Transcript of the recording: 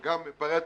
וגם פערי התיווך,